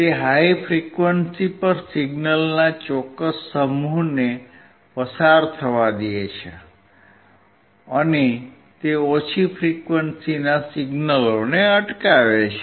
તે high frequency પર સિગ્નલના ચોક્કસ સમૂહને પસાર થવા દેશે અને તે ઓછી ફ્રીક્વંસીના સિગ્નલને અટકાવશે